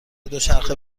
دوچرخه